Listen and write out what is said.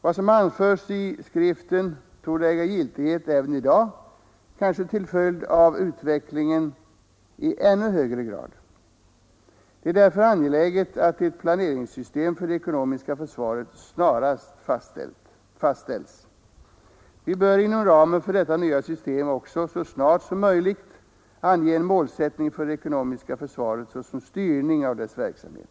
Vad som anförs i skriften torde äga giltighet även i dag, kanske till följd av utvecklingen i ännu högre grad. Det är därför angeläget att ett planeringssystem för det ekonomiska försvaret snarast fastställs. Vidare bör inom ramen för detta nya system också så snart som möjligt anges en målsättning för det ekonomiska försvaret såsom styrning av dess verksamhet.